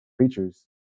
creatures